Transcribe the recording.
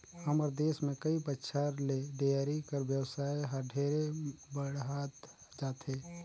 हमर देस में कई बच्छर ले डेयरी कर बेवसाय हर ढेरे बढ़हत जाथे